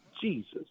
Jesus